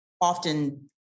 often